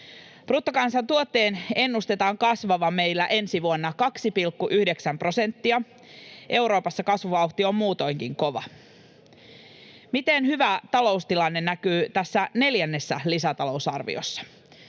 Bruttokansantuotteen ennustetaan kasvavan meillä ensi vuonna 2,9 prosenttia. Euroopassa kasvuvauhti on muutoinkin kova. Miten hyvä taloustilanne näkyy tässä neljännessä lisätalousarvioesityksessä?